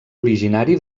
originari